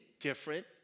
different